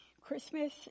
Christmas